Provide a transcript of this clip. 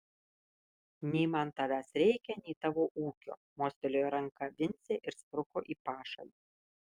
nei man tavęs reikia nei tavo ūkio mostelėjo ranka vincė ir spruko į pašalį